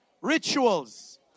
rituals